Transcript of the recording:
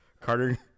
Carter